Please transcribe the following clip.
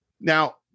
Now